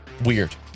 Weird